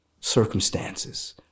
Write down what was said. circumstances